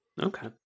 Okay